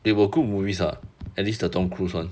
they were good movies ah at least the tom cruise one